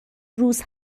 روز